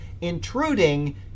intruding